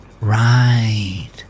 Right